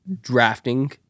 drafting